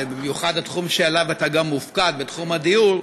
ובמיוחד התחום שעליו אתה גם מופקד בתחום הדיור,